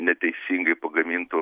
neteisingai pagamintų